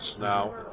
now